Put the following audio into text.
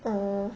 oh